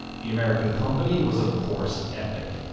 the american company was of course, epic.